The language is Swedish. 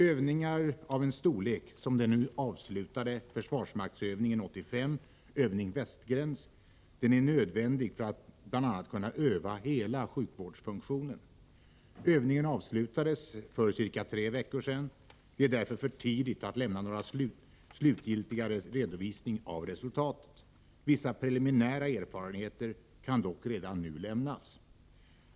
Övningar av en storlek, som den nu avslutade försvarsmaktsövningen 85, övning Västgräns, är nödvändiga för att bl.a. kunna öva hela sjukvårdsfunktionen. Övningen avslutades för ca tre veckor sedan. Det är därför för tidigt att lämna någon slutgiltig redovisning av resultatet. Vissa preliminära erfarenheter kan dock redan nu lämnas.